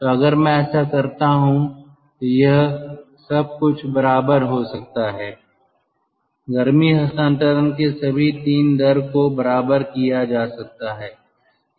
तो अगर मैं ऐसा करता हूं तो यह सब कुछ बराबर हो सकता है गर्मी हस्तांतरण के सभी 3 दर को बराबर किया जा सकता है